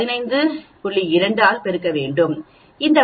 5 15 2 ஆல் பெருக்கப்படுகிறது